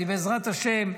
בעזרת השם,